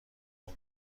عمر